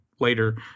later